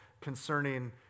concerning